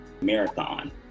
marathon